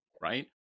right